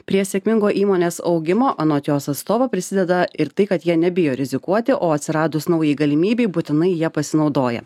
prie sėkmingo įmonės augimo anot jos atstovo prisideda ir tai kad jie nebijo rizikuoti o atsiradus naujai galimybei būtinai ja pasinaudoja